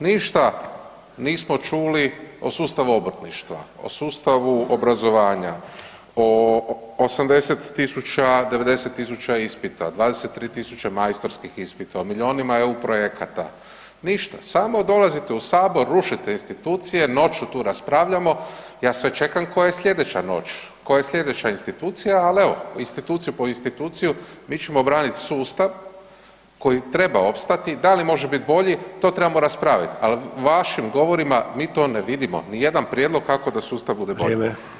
Ništa nismo čuli o sustavu obrtništva, o sustavu obrazovanja, o 80-90.000 ispita, 23.000 majstorskih ispita, o milijonima EU projekata, ništa, samo dolazite u sabor, rušite institucije, noću tu raspravljamo, ja sve čekam koja je slijedeća noć, koja je slijedeća institucija, al evo instituciju po instituciju mi ćemo branit sustav koji treba opstati, da li može bit bolji, to trebamo raspravit, al u vašim govorima mi to ne vidimo nijedan prijedlog kako da sustav bude bolji